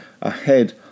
ahead